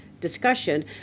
discussion